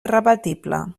irrebatible